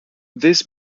this